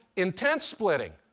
intense splitting.